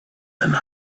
and